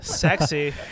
Sexy